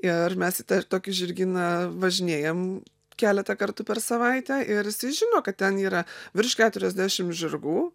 ir mes tokį žirgyną važinėjam keletą kartų per savaitę ir jisai žino kad ten yra virš keturiasdešim žirgų